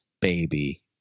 baby